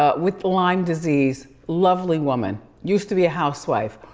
ah with lyme disease. lovely woman, used to be a housewife.